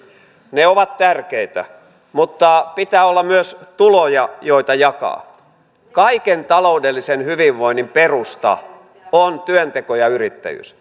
ne ovat tärkeitä mutta pitää olla myös tuloja joita jakaa kaiken taloudellisen hyvinvoinnin perusta on työnteko ja yrittäjyys